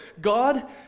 God